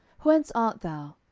whence art thou?